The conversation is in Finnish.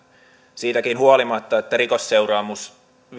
siitäkin huolimatta että rikosseuraamuslaitos